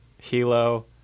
Hilo